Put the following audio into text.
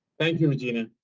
thank you regina,